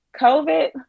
COVID